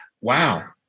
wow